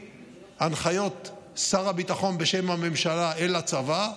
מהנחיות שר הביטחון בשם הממשלה אל הצבא,